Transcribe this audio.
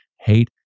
hate